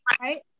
right